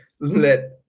let